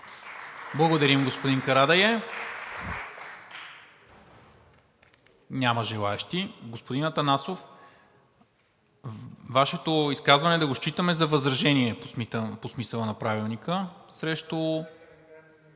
Благодаря, господин Карадайъ. Няма желаещи. Господин Атанасов, Вашето изказване да го считаме ли за възражение по смисъла на Правилника срещу